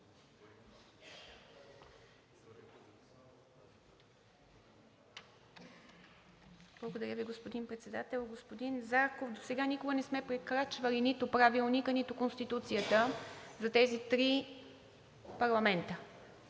Благодаря Ви, господин Председател. Господин Зарков, досега никога не сме прекрачвали нито Правилника, нито Конституцията за тези три парламента.